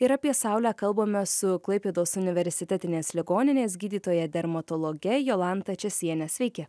ir apie saulę kalbame su klaipėdos universitetinės ligoninės gydytoja dermatologe jolanta česienė sveiki